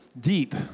deep